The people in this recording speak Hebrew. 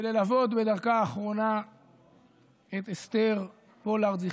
וללוות בדרכה האחרונה את אסתר פולארד,